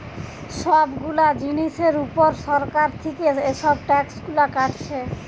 সব গুলা জিনিসের উপর সরকার থিকে এসব ট্যাক্স গুলা কাটছে